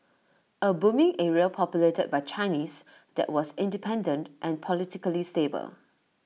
A booming area populated by Chinese that was independent and politically stable